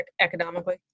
economically